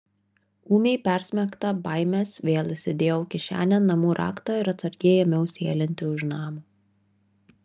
ūmiai persmelkta baimės vėl įsidėjau kišenėn namų raktą ir atsargiai ėmiau sėlinti už namo